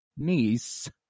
niece